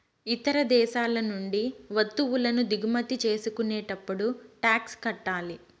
ఇతర దేశాల నుండి వత్తువులను దిగుమతి చేసుకునేటప్పుడు టాక్స్ కట్టాలి